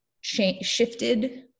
shifted